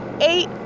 eight